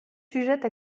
sujette